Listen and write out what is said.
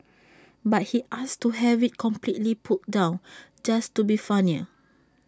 but he asked to have IT completely pulled down just to be funnier